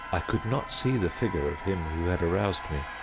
i could not see the figure of him who had aroused me.